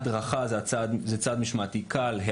הדרכה זה צעד משמעתי קל.